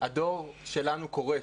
הדור שלנו קורס.